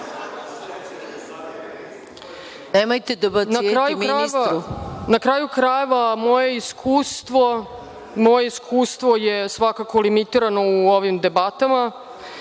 Na kraju krajeva, moje iskustvo je svakako limitirano u ovim debatama.